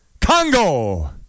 congo